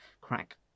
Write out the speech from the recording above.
crack